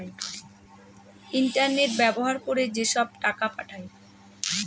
internet ব্যবহার করে যেসব টাকা পাঠায়